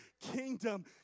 kingdom